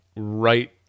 right